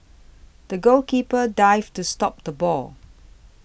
the goalkeeper dived to stop the ball